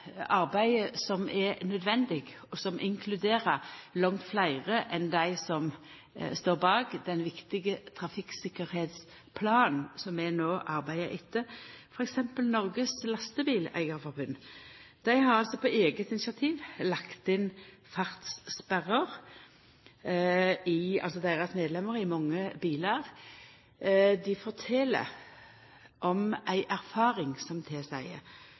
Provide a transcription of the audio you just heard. arbeidet som er nødvendig, og som inkluderer langt fleire enn dei som står bak den viktige trafikktryggingsplanen som vi no arbeider etter, t.d. Norges Lastebileierforbund. Deira medlemmer har på eige initiativ lagt inn fartssperrer i mange bilar. Dei fortel om erfaring som